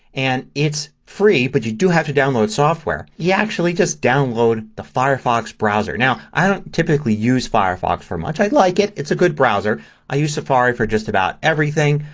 and it's free but you do have to download software. you actually just download the firefox browser. now i don't typically use firefox for much. i like it. it's a good browser but i use safari for just about everything.